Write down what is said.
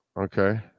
Okay